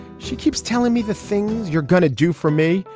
she keeps telling me the things you're gonna do for me.